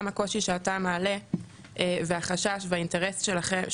גם הקושי שאתה מעלה והחשש והאינטרס שלכם,